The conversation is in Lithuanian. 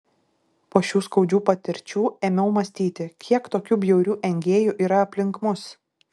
po šių skaudžių patirčių ėmiau mąstyti kiek tokių bjaurių engėjų yra aplink mus